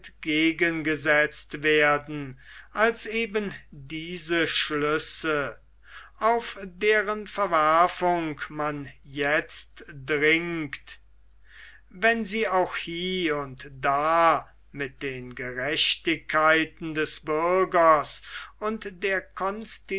entgegengesetzt werden als eben diese schlüsse auf deren verwerfung man jetzt dringt wenn sie auch hie und da mit den gerechtigkeiten des bürgers und der